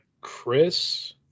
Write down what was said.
chris